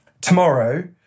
tomorrow